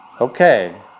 okay